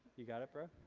you got it bro?